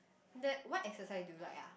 that what exercise do you like ah